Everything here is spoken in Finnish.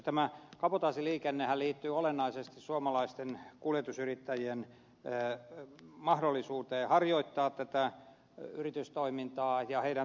tämä kabotaasiliikennehän liittyy olennaisesti suomalaisten kuljetusyrittäjien mahdollisuuteen harjoittaa yritystoimintaa ja heidän toimeentuloonsa